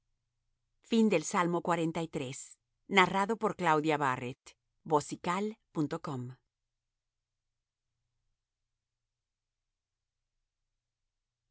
principal salmo de